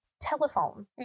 telephone